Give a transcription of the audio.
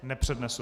Nepřednesu.